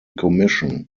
commission